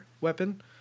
weapon